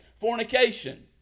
Fornication